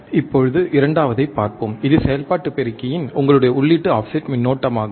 இப்போது இரண்டாவதைப் பார்ப்போம் இது செயல்பாட்டு பெருக்கியின் உங்களுடைய உள்ளீட்டு ஆஃப்செட் மின்னோட்டமாகும்